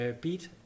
beat